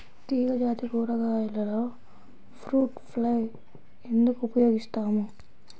తీగజాతి కూరగాయలలో fruit fly ఎందుకు ఉపయోగిస్తాము?